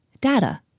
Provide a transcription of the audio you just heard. data